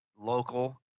local